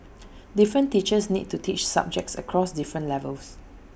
different teachers need to teach subjects across different levels